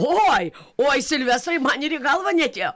oi oi silvestrai man ir į galvą neatėjo